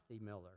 Miller